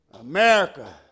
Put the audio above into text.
America